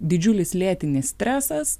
didžiulis lėtinis stresas